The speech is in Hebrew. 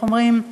איך אומרים,